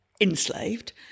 enslaved